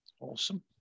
Awesome